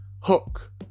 Hook